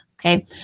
Okay